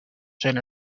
zijn